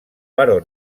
però